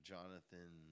Jonathan